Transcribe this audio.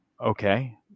Okay